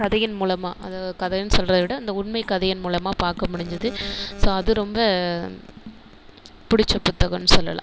கதையின் மூலமாக அதை கதைன்னு சொல்றதை விட அந்த உண்மை கதையின் மூலமாக பார்க்க முடிஞ்சிது ஸோ அது ரொம்ப பிடிச்ச புத்தகன் சொல்லலாம்